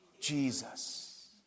Jesus